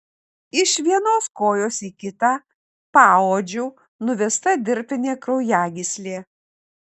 iš vienos kojos į kitą paodžiu nuvesta dirbtinė kraujagyslė